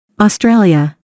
Australia